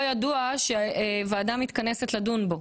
ידוע בוודאות שהוועדה מתכנסת לדון בו.